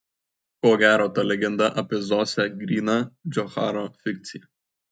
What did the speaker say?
ko gero ta legenda apie zosę gryna džocharo fikcija